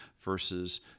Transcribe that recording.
versus